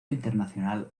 internacional